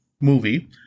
movie